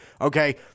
Okay